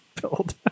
build